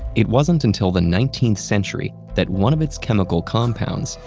it wasn't until the nineteenth century that one of its chemical compounds,